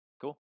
Cool